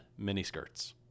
miniskirts